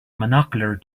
monocular